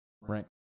Right